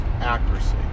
accuracy